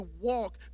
walk